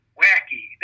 wacky